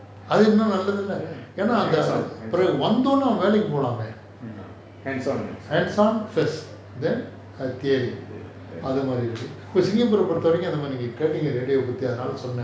ya hands on hands on hands on hands on